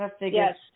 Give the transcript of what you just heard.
Yes